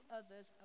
others